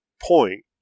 point